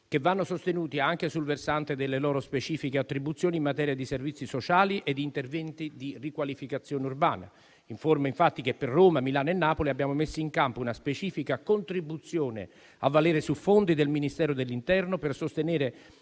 che vanno sostenuti anche sul versante delle loro specifiche attribuzioni in materia di servizi sociali e interventi di riqualificazione urbana. Informo, infatti, che per Roma, Milano e Napoli abbiamo messo in campo una specifica contribuzione, a valere su fondi del Ministero dell'interno, per sostenere